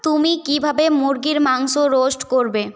তুমি কীভাবে মুরগির মাংস রোস্ট করবে